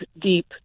deep